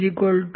C